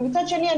ומצד שני,